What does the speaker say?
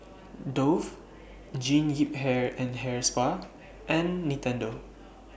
Dove Jean Yip Hair and Hair Spa and Nintendo